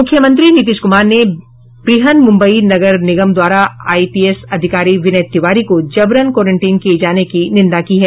मुख्यमंत्री नीतिश कुमार ने बृहन मुंबई नगर निगम द्वारा आईपीएस अधिकारी विनय तिवारी को जबरन कॉरंटीन किए जाने की निंदा की है